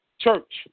church